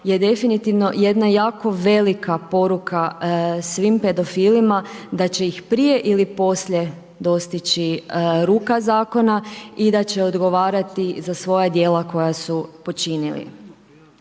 je definitivno jako velika poruka svim pedofilima da će ih prije ili poslije dostići ruka zakona i da će odgovarati za svoja djela koja su počinili.